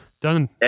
Done